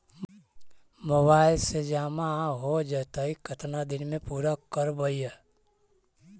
Mobile से जामा हो जैतय, केतना दिन में पुरा करबैय?